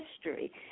history